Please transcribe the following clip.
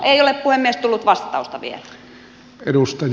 ei ole puhemies tullut vastausta vielä